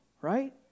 right